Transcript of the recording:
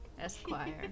Esquire